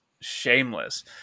shameless